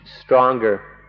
stronger